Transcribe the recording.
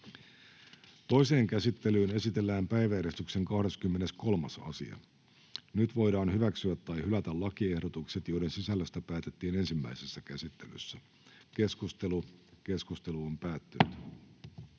Toiseen käsittelyyn esitellään päiväjärjestyksen 10. asia. Nyt voidaan hyväksyä tai hylätä lakiehdotus, jonka sisällöstä päätettiin ensimmäisessä käsittelyssä. — Keskustelu, edustaja